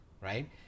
right